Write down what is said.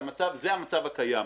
וזה המצב הקיים.